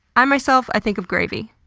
i myself, i think of gravy.